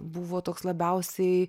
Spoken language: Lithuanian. buvo toks labiausiai